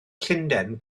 llundain